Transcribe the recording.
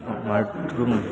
மற்றும்